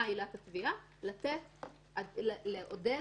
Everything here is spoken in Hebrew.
נכון לעודד,